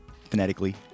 phonetically